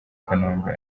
kanombe